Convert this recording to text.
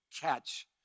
catch